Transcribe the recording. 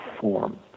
form